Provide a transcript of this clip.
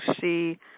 see